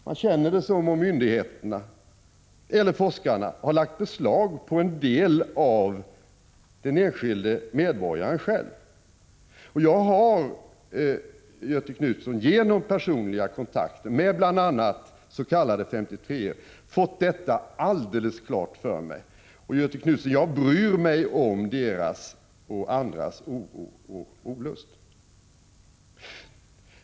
Man känner det som om myndigheterna eller forskarna har lagt beslag på en del av den enskilde medborgaren själv. Jag har, Göthe Knutson, genom personliga kontakter bl.a. med s.k. 53-0or fått detta alldeles klart för mig, och jag bryr mig om deras och andras olust.